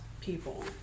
people